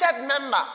member